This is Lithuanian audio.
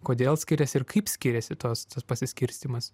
kodėl skiriasi ir kaip skiriasi tas tas pasiskirstymas